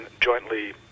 jointly